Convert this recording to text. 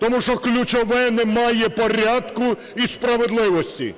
Тому що, ключове, немає порядку і справедливості.